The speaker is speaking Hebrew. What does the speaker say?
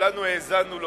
וכולנו האזנו לו,